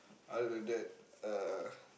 other than that uh